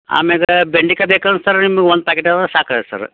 ಆಮ್ಯಾಗೆ ಬೆಂಡೆಕಾಯಿ ಬೇಕಂದ್ರೆ ಸರ್ ನಿಮ್ಗೆ ಒಂದು ಪ್ಯಾಕೇಟು ಸಾಕಾಗತ್ತೆ ಸರ